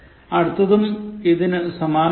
അടുത്തതും ഇതിനു സമാനമാണ്